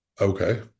okay